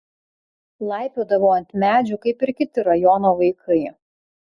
laipiodavau ant medžių kaip ir kiti rajono vaikai